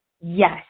yes